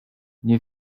nie